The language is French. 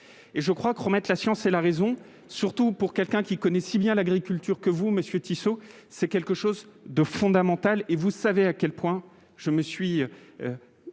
et je crois que remettent la science et la raison, surtout pour quelqu'un qui connaît si bien l'agriculture que vous messieurs Tissot, c'est quelque chose de fondamental et vous savez à quel point je me suis